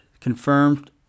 confirmed